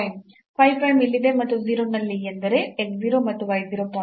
phi prime ಇಲ್ಲಿದೆ ಮತ್ತು 0 ನಲ್ಲಿ ಎಂದರೆ x 0 ಮತ್ತು y 0 ಪಾಯಿಂಟ್